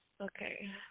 Okay